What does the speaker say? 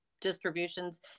distributions